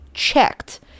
Checked